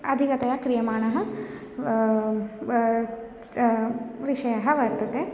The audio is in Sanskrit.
अधिकतया क्रियमाणः विषयः वर्तते